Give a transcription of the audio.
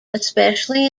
especially